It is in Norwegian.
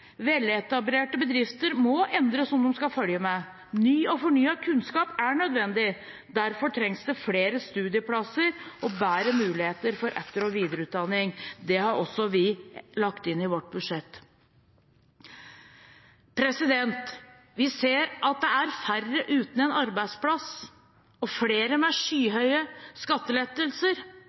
veletablerte bedrifter må endres om de skal følge med. Ny og fornyet kunnskap er nødvendig. Derfor trengs det flere studieplasser og bedre muligheter for etter- og videreutdanning. Det har også vi lagt inn i vårt budsjett. Vi ser at det er færre uten arbeidsplass og flere med skyhøye skattelettelser.